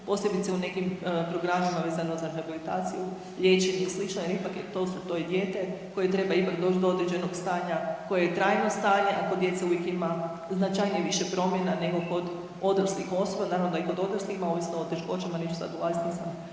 posebice u nekim programima vezano za rehabilitaciju, liječenje i sl. jer ipak je, to je dijete koje treba ipak doći do određenog stanja koje je trajno stanje, a kod djece uvijek ima značajnije više promjena nego kod odraslih osoba. Naravno da i kod odraslih ima ovisno o teškoćama neću sad ulaziti